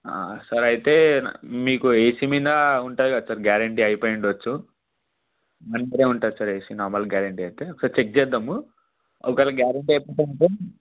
sir అయితే మీకు AC మీద ఉంటుంది కదా సార్ గ్యారంటీ అయిపోయి ఉండచ్చు మరి మీరి మీరు ఏమి అంటారు సార్ నార్మల్ గ్యారంటీ అయితే ఒకసారి చెక్ చేద్దాము ఒకవేళ గ్యారంటీ అయిపోయి ఉంటే